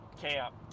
camp